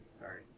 Sorry